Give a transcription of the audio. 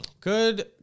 good